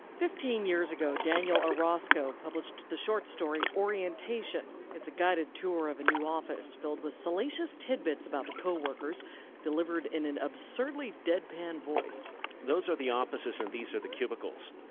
fifteen years ago, daniel orozco published the short story orientation. it's a guided tour of a new office filled with salacious tidbits about the co-workers delivered in an absurdly deadpan voice those are the offices and these are the cubicles.